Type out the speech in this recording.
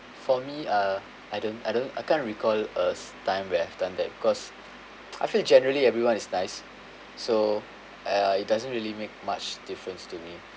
for me uh I don't I don't I can't recall a time where we've done that because I feel generally everyone is nice so uh it doesn't really make much difference to me